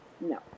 no